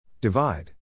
Divide